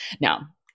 now